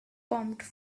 pumped